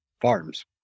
farms